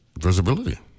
visibility